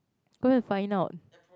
go and find out